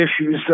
issues